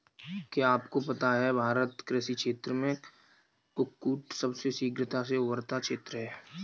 क्या आपको पता है भारत कृषि क्षेत्र में कुक्कुट सबसे शीघ्रता से उभरता क्षेत्र है?